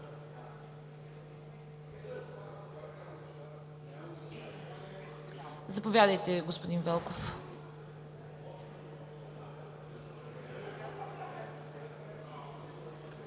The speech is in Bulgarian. Заповядайте, господин Велков.